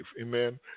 amen